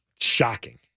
shocking